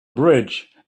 bridge